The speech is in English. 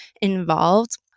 involved